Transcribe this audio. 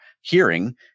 hearing